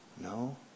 no